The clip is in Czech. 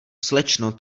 slečno